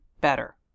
better